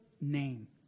name